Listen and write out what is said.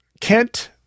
Kent